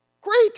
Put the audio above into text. Great